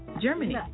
Germany